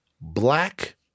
black